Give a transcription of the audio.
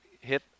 hit